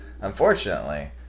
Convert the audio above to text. Unfortunately